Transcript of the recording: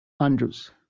Andrews